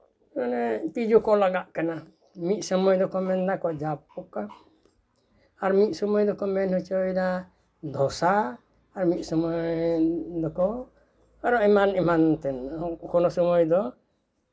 ᱛᱤᱡᱩ ᱠᱚ ᱞᱟᱜᱟᱜ ᱠᱟᱱᱟ ᱢᱤᱫ ᱥᱚᱢᱚᱭ ᱫᱚᱠᱚ ᱢᱮᱱ ᱫᱟᱠᱚ ᱡᱟᱛ ᱯᱚᱠᱟ ᱟᱨ ᱢᱤᱫ ᱥᱚᱢᱚᱭ ᱫᱚᱠᱚ ᱢᱮᱱ ᱦᱚᱪᱚᱭᱮᱫᱟ ᱫᱷᱚᱥᱟ ᱟᱨ ᱢᱤᱫ ᱥᱚᱢᱚᱭ ᱫᱚᱠᱚ ᱟᱨᱚ ᱮᱢᱟᱱ ᱮᱢᱟᱱᱛᱮᱱ ᱠᱳᱱᱳ ᱥᱚᱢᱚᱭ ᱫᱚ